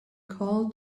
called